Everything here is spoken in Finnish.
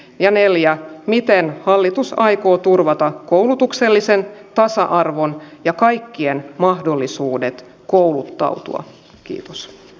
ja nelli ja miten hallitus aikoo turvata koulutuksellisen tasa arvon ja anna maja henriksson luki välikysymystekstin